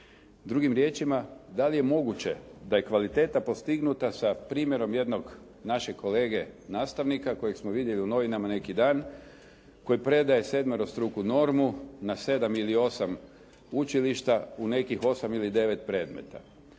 Drugim riječima, da li je moguće da je kvaliteta postignuta sa primjerom jednog našeg kolege nastavnika kojeg smo vidjeli u novinama neki dan koji predaje sedmerostruku normu na sedam ili osam učilišta u nekih osam ili devet predmeta?